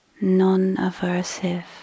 non-aversive